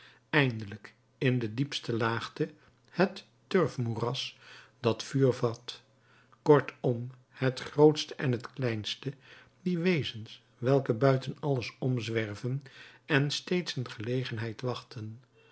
eindelijk in de diepste laagte het turfmoeras dat vuur vat kortom het grootste en het kleinste die wezens welke buiten alles omzwerven en steeds een gelegenheid wachten